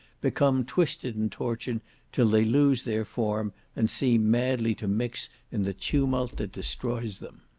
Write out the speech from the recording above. become twisted and tortured till they lose their form, and seem madly to mix in the tumult that destroys them.